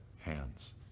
hands